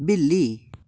बिल्ली